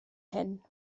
hyn